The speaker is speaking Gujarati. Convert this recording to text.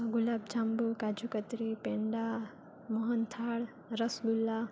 ગુલાબ જાંબુ કાજુ કતરી પેંડા મોહનથાળ રસ ગુલ્લા